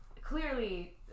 clearly